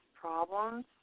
problems